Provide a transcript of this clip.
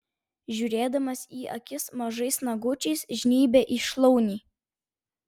žiūrėdamas į akis mažais nagučiais žnybia į šlaunį